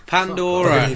Pandora